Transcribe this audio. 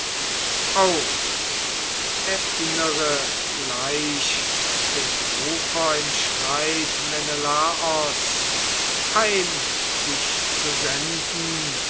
auf erinnere gleich den rufer im streit menelaos heim dich zu senden